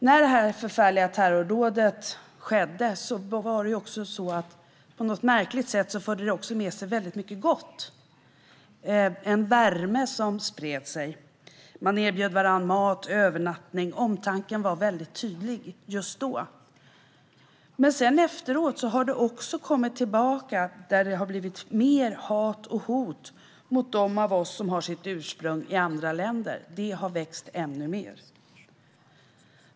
När detta förfärliga terrordåd skedde förde det på något märkligt sätt också med sig väldigt mycket gott. Det var en värme som spred sig. Man erbjöd varandra mat och övernattning. Omtanken var väldigt tydlig just då. Efteråt har dock något annat kommit tillbaka, och det har blivit mer hat och hot mot dem av oss som har sitt ursprung i andra länder. Detta har vuxit ännu mer.